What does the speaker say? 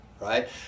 right